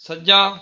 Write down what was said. ਸੱਜਾ